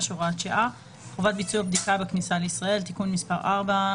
(הוראת שעה) (חובת ביצוע בדיקה בכניסה לישראל) (תיקון מס׳ 4),